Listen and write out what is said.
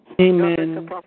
Amen